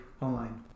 online